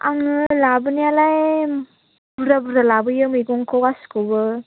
आङो लाबोनायालाय बुरजा बुरजा लाबोयो मैगंखौ गासिखौबो